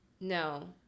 no